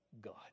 God